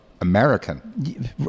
American